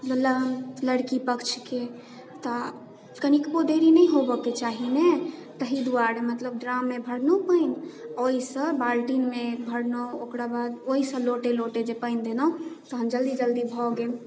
लड़की पक्षके तऽ कनिकबो देरी नहि होयबाके चाही ने तहि दुआरे मतलब ड्राममे भरलहुँ पानि आ ओहिसँ बाल्टीमे भरलहुँ ओकरा बाद ओहिसँ लोटे लोटे जे पानि देलहुँ तहन जल्दी जल्दी भए गेल